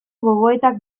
gogoetak